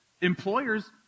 Employers